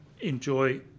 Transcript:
enjoy